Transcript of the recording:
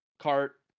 cart